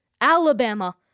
Alabama